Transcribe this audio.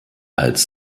als